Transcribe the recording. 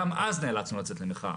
גם אז נאלץ לצאת למחאה.